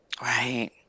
Right